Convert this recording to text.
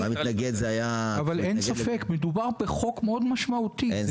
אבל אם הוא היה מתנגד זה היה --- פרופ' רוטשטיין,